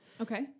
Okay